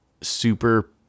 super